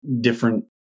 different